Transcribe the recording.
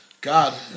God